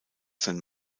sein